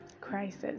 crisis